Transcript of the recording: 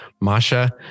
Masha